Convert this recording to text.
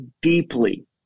deeply